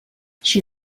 she